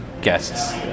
guests